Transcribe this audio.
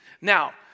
Now